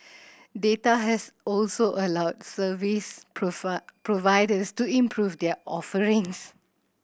data has also allowed service providers to improve their offerings